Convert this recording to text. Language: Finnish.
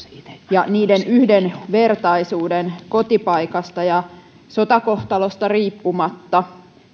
ja niiden yhdenvertaisuuden kotipaikasta ja sotakohtalosta riippumatta